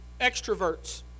extroverts